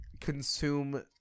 consume –